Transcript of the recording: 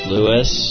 Lewis